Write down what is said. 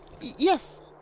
Yes